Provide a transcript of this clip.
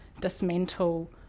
dismantle